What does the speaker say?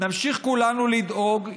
נמשיך כולנו לדאוג,